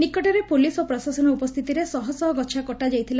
ନିକଟରେ ପୁଲିସ୍ ଓ ପ୍ରଶାସନ ଉପସ୍ତିତିରେ ଶହଶହ ଗଛ କଟା ଯାଇଥିଲା